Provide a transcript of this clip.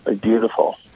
Beautiful